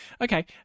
Okay